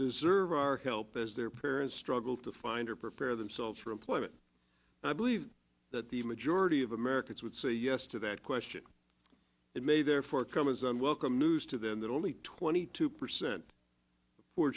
deserve our help as their parents struggled to find or prepare themselves for employment and i believe that the majority of americans would say yes to that question it may therefore come as unwelcome news to them that only twenty two percent for